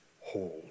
hold